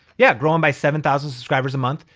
yeah, growing by seven thousand subscribers a month,